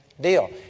deal